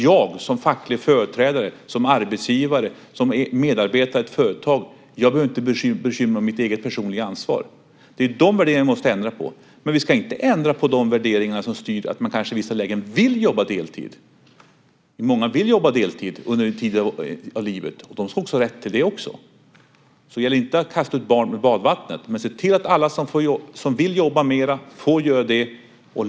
Jag, som facklig företrädare, arbetsgivare eller medarbetare i ett företag, behöver inte bekymra mig om mitt eget personliga ansvar. Det är de värderingarna vi måste ändra på. Men vi ska inte ändra på de värderingar som styr att man i vissa lägen kanske vill jobba deltid. Många vill jobba deltid under en tid av livet, och de ska ha rätt till det också. Det gäller att inte kasta ut barnet med badvattnet. Vi ska se till att alla som vill jobba mer får göra det.